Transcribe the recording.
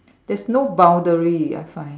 there's no boundary I find